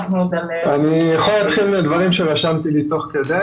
אני אתחיל במה שרשמתי לי תוך כדי